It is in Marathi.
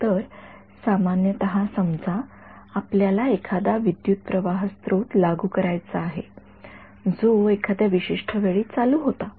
तर सामान्यत समजा आपल्याला एखादा विद्युतप्रवाह स्त्रोत लागू करायचा आहे जो एखाद्या विशिष्ट वेळी चालू होता